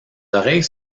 oreilles